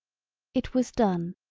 it was done.